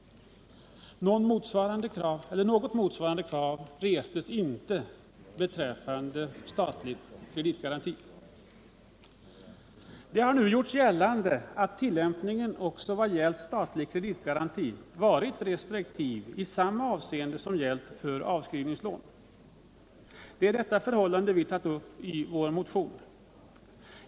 Något motsvarande krav restes inte i fråga om statlig kreditgaranti. Det har nu gjorts gällande att tillämpningen beträffande statlig kreditgaranti varit restriktiv på samma sätt som i fråga om avskrivningslån. Det är detta förhållande som vi har tagit upp i vår motion.